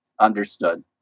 understood